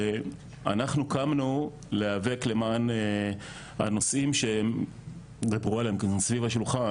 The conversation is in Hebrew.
אנחנו קמנו להיאבק למען הנושאים שדיברו עליהם סביב השולחן